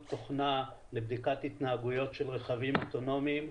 תוכנה לבדיקת התנהגויות של רכבים אוטונומיים.